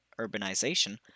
urbanization